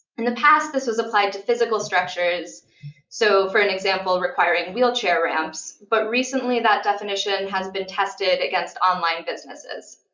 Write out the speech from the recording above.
in the past, this was applied to physical structures so, for an example, requiring wheelchair ramps but recently, that definition has been tested against online businesses.